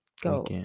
go